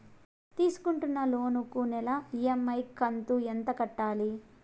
తీసుకుంటున్న లోను కు నెల ఇ.ఎం.ఐ కంతు ఎంత కట్టాలి?